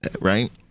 right